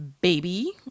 baby